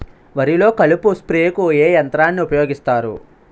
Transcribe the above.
వరిలో కలుపు స్ప్రేకు ఏ యంత్రాన్ని ఊపాయోగిస్తారు?